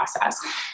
process